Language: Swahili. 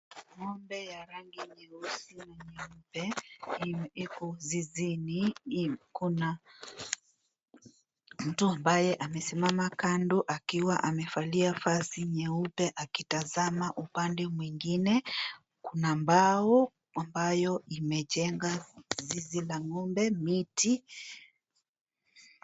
Ngo'mbe ya rangi nyeusi na nyeupe iko zizini iko na mtu ambaye amesimama kando akiwa amevalia vazi nyeupe akitazama upande mwingine kuna mbao ambayo imejenga zizi la ng'ombe miti.